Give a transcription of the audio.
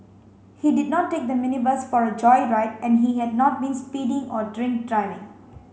he did not take the minibus for a joyride and he had not been speeding or drink driving